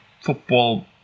football